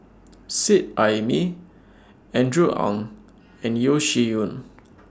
Seet Ai Mee Andrew Ang and Yeo Shih Yun